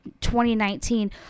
2019